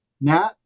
Nat